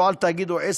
לא על תאגיד או עסק,